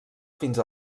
fins